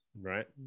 right